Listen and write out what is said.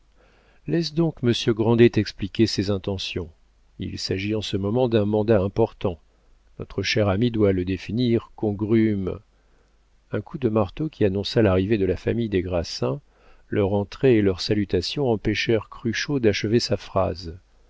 laisse donc monsieur grandet t'expliquer ses intentions il s'agit en ce moment d'un mandat important notre cher ami doit le définir congrûm un coup de marteau qui annonça l'arrivée de la famille des grassins leur entrée et leurs salutations empêchèrent cruchot d'achever sa phrase